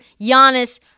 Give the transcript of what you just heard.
Giannis